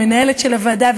המנהלת של הוועדה,